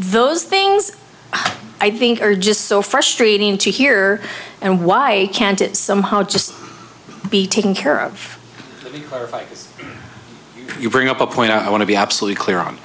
those things i think are just so frustrating to hear and why can't it somehow just be taken care of you bring up a point i want to be absolutely clear on